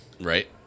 Right